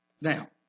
Now